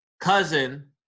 cousin